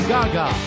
Gaga